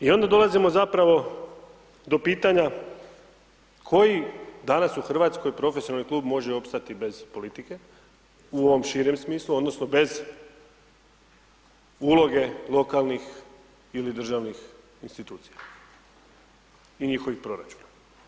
I onda dolazimo zapravo do pitanja koji danas u Hrvatskoj profesionalni klub može opstati bez politike u ovom širem smislu, odnosno bez uloge lokalnih ili državnih institucija i njihovih proračuna.